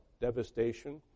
devastation